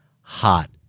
hot